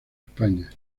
españa